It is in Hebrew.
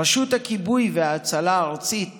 רשות הכיבוי וההצלה הארצית